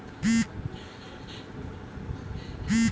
उत्तर भारत में एके चिवड़ा कहल जाला